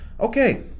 Okay